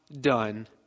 done